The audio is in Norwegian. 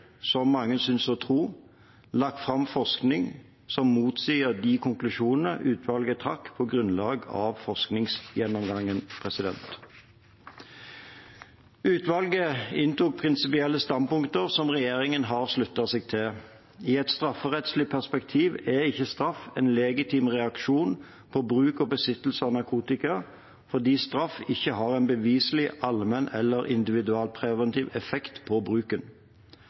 som mange synes å tro – lagt fram forskning som motsier de konklusjonene utvalget trakk på grunnlag av forskningsgjennomgangen. Utvalget inntok prinsipielle standpunkter som regjeringen har sluttet seg til. I et strafferettslig perspektiv er ikke straff en legitim reaksjon på bruk og besittelse av narkotika fordi straff ikke har en beviselig allmenn- eller individualpreventiv effekt på bruken.